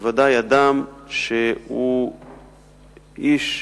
בוודאי אדם שהוא איש,